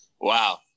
Wow